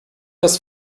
das